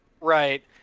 right